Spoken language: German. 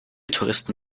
touristen